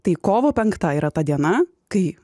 tai kovo penkta yra ta diena kai